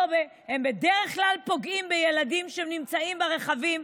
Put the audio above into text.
הן בדרך כלל פוגעות בילדים שנמצאים ברכבים,